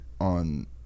on